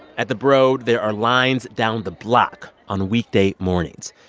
at the broad, there are lines down the block on weekday mornings,